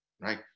right